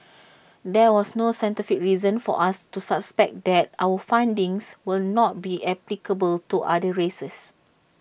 there was no scientific reason for us to suspect that our findings will not be applicable to other races